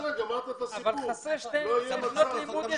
לגבי 12 שנות לימוד,